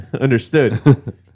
Understood